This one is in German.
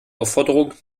aufforderung